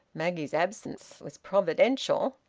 maggie's absence was providential.